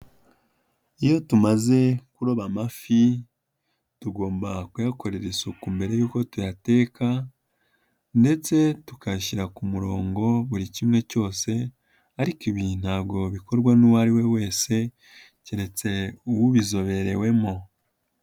Iyo tumaze kuroba amafi tugomba kuyakorera isuku mbere yuko tuyateka ndetse tukayashyira ku murongo buri kimwe cyose, ariko ibi ntabwo bikorwa n'uwo ari we wese keretse ubizoberewemo.